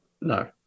No